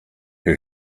who